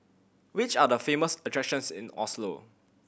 which are the famous attractions in Oslo